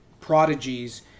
prodigies